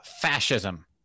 fascism